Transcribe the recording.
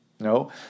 no